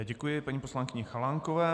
Děkuji paní poslankyni Chalánkové.